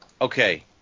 Okay